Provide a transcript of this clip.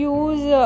use